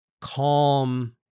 calm